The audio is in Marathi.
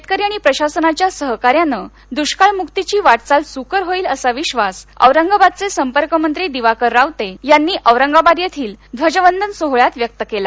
शेतकरी आणि प्रशासनाच्या सहकार्यानं दृष्काळमुक्तीची वाटचाल सुकर होईल असा विश्वास औरंगाबादचे संपर्कमंत्री दिवाकर रावते यांनी औरंगाबाद येथील ध्वजवंदन सोहळ्यात व्यक्त केला